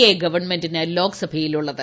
A ഗവൺമെന്റിന് ലോക്സഭയിൽ ഉള്ളത്